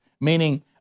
meaning